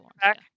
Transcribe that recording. back